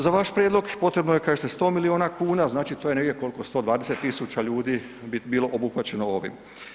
Za vaš prijedlog potrebno je kažete 100 milijuna kuna, znači to je negdje, koliko, 120 000 ljudi bi bilo obuhvaćeno ovim.